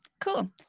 Cool